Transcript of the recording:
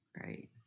Right